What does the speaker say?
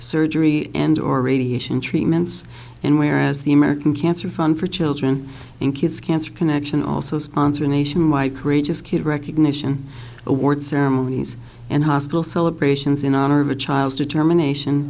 surgery and or radiation treatments and whereas the american cancer fund for children and kids cancer connection also sponsor nation my courageous kid recognition award ceremonies and hospital celebrations in honor of a child's determination